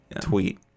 tweet